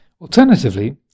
Alternatively